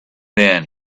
then